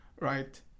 right